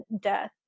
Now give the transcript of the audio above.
death